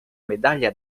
medaglia